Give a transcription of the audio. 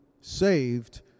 saved